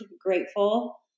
grateful